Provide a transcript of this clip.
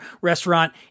restaurant